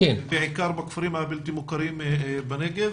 בעיקר בכפרים הלא-מוכרים בנגב.